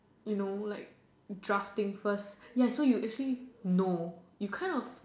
you know like drafting first ya so you actually know you kind of